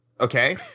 Okay